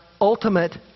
ultimate